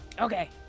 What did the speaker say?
Okay